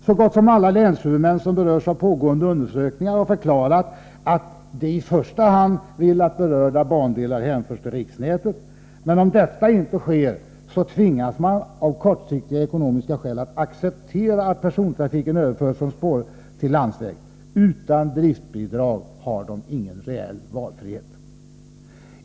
Så gott som alla länshuvudmän, som berörs av pågående undersökningar, har förklarat att de i första hand vill ha berörda bandelar hänförda till riksnätet. Men om detta inte sker, tvingas man av kortsiktiga ekonomiska skäl att acceptera att persontrafiken överförs från spår till landsväg. Utan driftsbidrag har de ingen reell valfrihet.